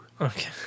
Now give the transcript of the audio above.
okay